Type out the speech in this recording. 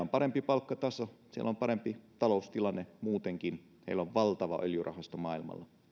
on parempi palkkataso siellä on parempi taloustilanne muutenkin heillä on maailmalla valtava öljyrahasto